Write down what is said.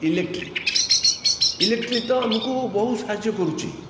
electric ଇଲେକ୍ଟ୍ରି ତ ଆମକୁ ବହୁତ ସାହାଯ୍ୟ କରୁଛି